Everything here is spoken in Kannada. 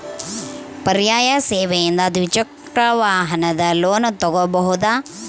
ಪರ್ಯಾಯ ಸೇವೆಯಿಂದ ದ್ವಿಚಕ್ರ ವಾಹನದ ಲೋನ್ ತಗೋಬಹುದಾ?